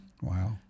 Wow